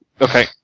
okay